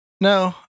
No